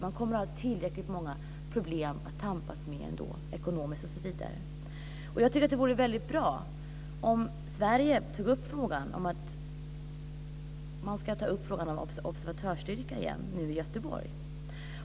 Man kommer att ha tillräckligt många problem att tampas med ändå, ekonomiska osv. Jag tycker att det vore väldigt bra om Sverige i Göteborg åter tog upp frågan om en observatörsstyrka.